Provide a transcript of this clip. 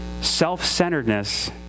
Self-centeredness